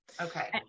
Okay